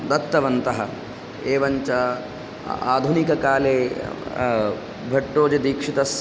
दत्तवन्तः एवञ्च आधुनिककाले भट्टोजीदीक्षितस्य